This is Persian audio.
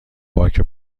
باک